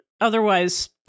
Otherwise